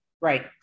Right